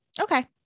Okay